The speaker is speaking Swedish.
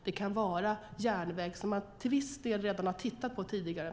Det kan vara en järnväg, vilket man till viss del redan har tittat på tidigare.